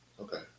Okay